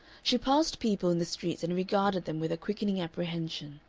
she passed people in the streets and regarded them with a quickening apprehension,